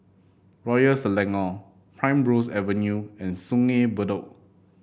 Royal Selangor Primrose Avenue and Sungei Bedok